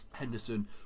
Henderson